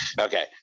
Okay